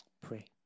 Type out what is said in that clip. Pray